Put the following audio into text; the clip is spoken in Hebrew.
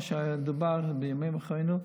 מה שדובר בימים אחרינו,